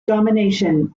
domination